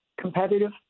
competitive